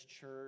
church